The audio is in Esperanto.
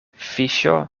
fiŝo